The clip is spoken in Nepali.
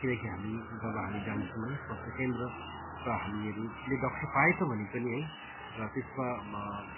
किनकि हामी जब हामी जान्छौँ है स्वास्थ्य केन्द्र र हामीहरूले डाक्टर पाएछ भने पनि है र त्यसमा